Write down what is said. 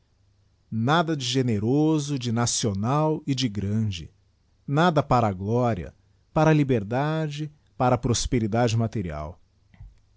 nada de generoso de nacio e de grande nada para a gloria para a liberdade pni a prosperidade material